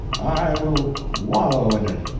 i will wallow in it,